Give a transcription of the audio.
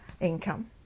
income